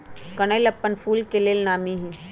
कनइल अप्पन फूल के लेल नामी हइ